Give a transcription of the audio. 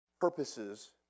purposes